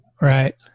Right